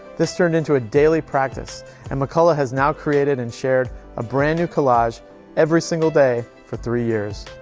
this turned into a daily practice and mcculla has now created and shared a brand new collage every single day for three years.